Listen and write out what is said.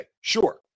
Sure